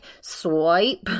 swipe